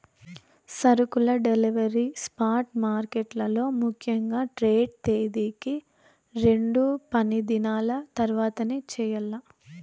సరుకుల delivery spot మార్కెట్లలో ముఖ్యంగా ట్రేడ్ తేదీకి రెండు పనిదినాల తర్వాతనే చెయ్యాల్ల